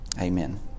Amen